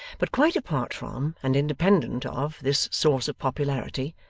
but quite apart from, and independent of, this source of popularity,